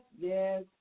yes